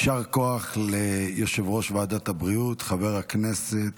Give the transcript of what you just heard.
יישר כוח ליושב-ראש ועדת הבריאות חבר הכנסת